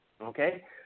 okay